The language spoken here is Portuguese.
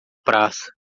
praça